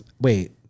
Wait